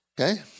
Okay